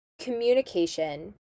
communication